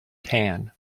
tan